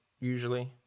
usually